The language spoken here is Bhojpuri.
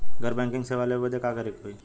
घर बैकिंग सेवा लेवे बदे का करे के होई?